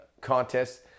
contest